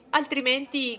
altrimenti